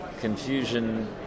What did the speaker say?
confusion